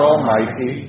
Almighty